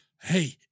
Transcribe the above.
Hey